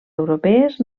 europees